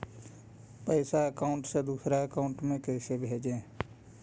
पैसा अकाउंट से दूसरा अकाउंट में कैसे भेजे?